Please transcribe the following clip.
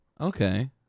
Okay